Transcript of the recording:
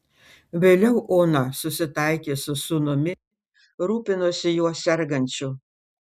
vėliau ona susitaikė su sūnumi rūpinosi juo sergančiu